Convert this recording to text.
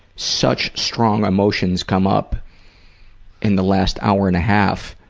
such strong emotions come up in the last hour and a half